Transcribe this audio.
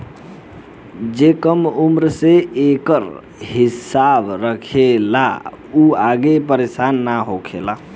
जे कम उम्र से एकर हिसाब रखेला उ आगे परेसान ना होखेला